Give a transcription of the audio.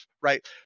right